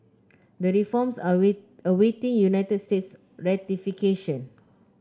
the reforms are wait awaiting United States ratification